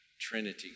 Trinity